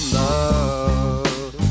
love